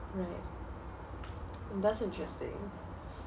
right that's interesting